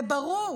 זה ברור.